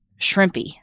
shrimpy